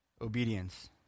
obedience